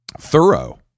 thorough